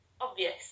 obvious